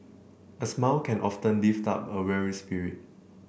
a smile can often lift up a weary spirit